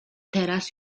teraz